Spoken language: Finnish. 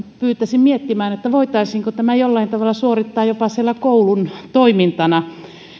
pyytäisin miettimään voitaisiinko tämä jollain tavalla suorittaa jopa koulun toimintana